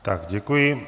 Tak děkuji.